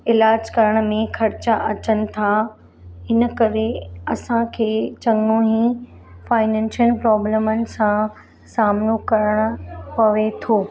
इलाज करण में ख़र्च अचनि था हिन करे असांखे चङो ई फाइनेंशियल प्रॉब्लमनि सां सामिनो करिणो पवे थो